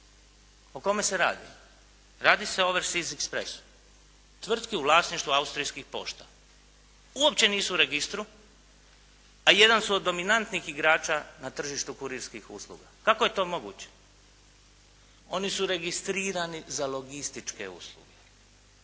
O kome se radi? Radi se o Overseas Expressu, tvrtki u vlasništvu austrijskih pošta. Uopće nisu u registru, a jedan su od dominantnih igrača na tržištu kurirskih usluga. Kako je to moguće? Oni su registrirani za logističke usluge,